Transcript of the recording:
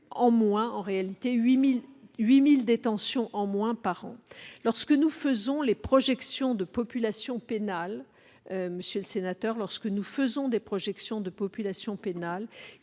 ce seront 8 000 détentions en moins par an. Lorsque nous établissons les projections de population pénale,